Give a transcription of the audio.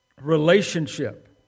relationship